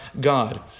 God